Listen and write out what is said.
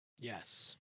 Yes